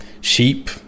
sheep